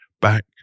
back